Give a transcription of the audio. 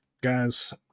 guys